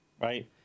right